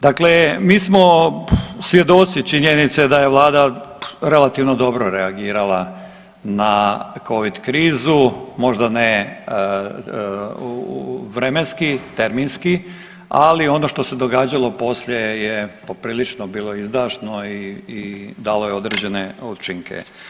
Dakle, mi smo svjedoci činjenice da je vlada relativno dobro reagirala na Covid krizu možda ne vremenski, terminski ali ono što se događalo poslije je poprilično bilo izdašno i dalo je određene učinke.